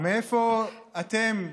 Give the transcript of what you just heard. מאיפה אתם,